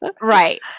Right